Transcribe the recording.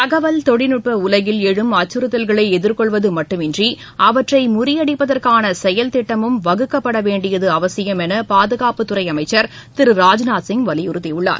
தகவல் தொழில்நுட்ப உலகில் எழும் அச்சுறத்தல்களை எதிர்கொள்வது மட்டுமின்றி அவற்றை முறியடிப்பதற்கான செயல் திட்டமும் வகுக்கப்பட வேண்டியது அவசியம் என பாதுகாப்பு துறை அமைச்சர் திரு ராஜ்நாத் சிங் வலியுறுத்தியுள்ளார்